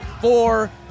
four